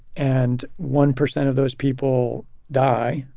and one percent of those people die,